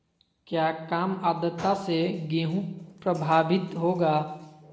क्या काम आद्रता से गेहु प्रभाभीत होगा?